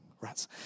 Rats